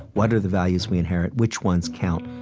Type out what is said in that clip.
what are the values we inherit? which ones count?